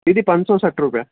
दीदी पंज सौ सठि रुपिया